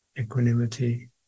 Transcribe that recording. equanimity